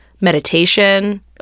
Meditation